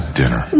dinner